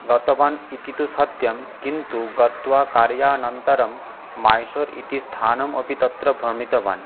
गतवान् इति तु सत्यं किन्तु गत्वा कार्यानन्तरं मैसूर् इति स्थानमपि तत्र भ्रमितवान्